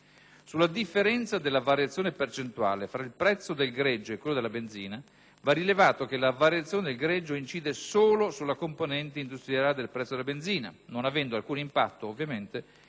Sulla differenza della variazione percentuale tra il prezzo del greggio e quello della benzina, va rilevato che la variazione del greggio incide solo sulla componente industriale del prezzo della benzina, non avendo alcun impatto sull'accisa,